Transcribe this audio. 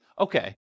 okay